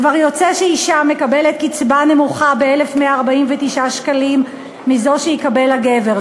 כבר יוצא שאישה מקבלת קצבה נמוכה ב-1,149 שקלים מזו שיקבל הגבר.